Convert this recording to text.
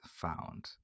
found